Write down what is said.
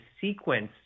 sequence